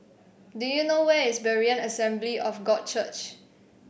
do you know where is Berean Assembly of God Church